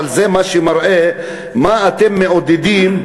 אבל זה מה שמראה מה אתם מעודדים,